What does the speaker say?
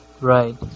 Right